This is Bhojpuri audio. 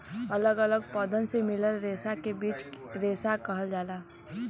अलग अलग पौधन से मिलल रेसा के बीज रेसा कहल जाला